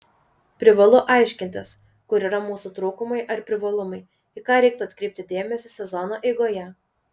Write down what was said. privalu aiškintis kur yra mūsų trūkumai ar privalumai į ką reiktų atkreipti dėmesį sezono eigoje